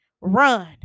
run